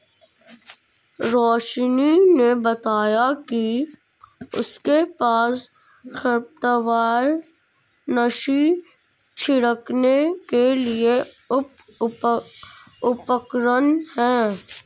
रोशिनी ने बताया कि उसके पास खरपतवारनाशी छिड़कने के लिए उपकरण है